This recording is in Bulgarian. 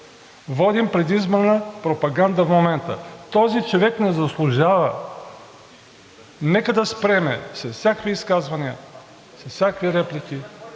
Водим предизборна пропаганда в момента. Този човек не заслужава. Нека да спрем с всякакви изказвания, всякакви реплики.